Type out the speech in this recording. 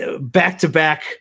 back-to-back